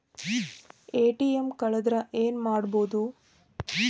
ATM ಕಳದ್ರ ಏನು ಮಾಡೋದು?